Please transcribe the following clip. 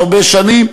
במשך כל כך הרבה שנים,